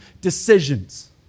decisions